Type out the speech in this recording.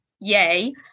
Yay